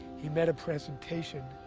he made a presentation